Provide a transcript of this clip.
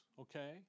okay